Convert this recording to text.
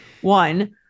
one